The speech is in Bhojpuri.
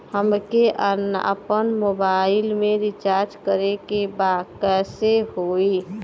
हमके आपन मोबाइल मे रिचार्ज करे के बा कैसे होई?